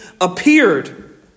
appeared